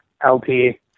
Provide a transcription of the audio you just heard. LP